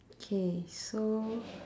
K so